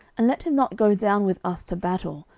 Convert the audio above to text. and let him not go down with us to battle,